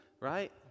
right